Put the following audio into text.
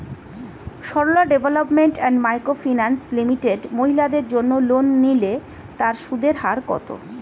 Sarala development and micro finance limited মহিলাদের জন্য loan নিলে তার সুদের হার কত?